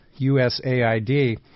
USAID